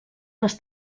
les